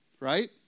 Right